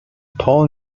paul